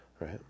Right